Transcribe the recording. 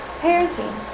parenting